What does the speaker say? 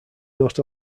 not